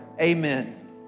Amen